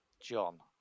John